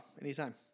Anytime